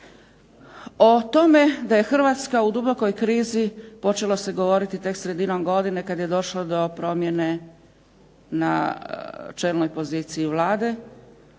O tome da je Hrvatska u dubokoj krizi počelo se govoriti tek sredinom godine kada je došlo do promjene na čelnoj poziciji Vlade.